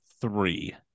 three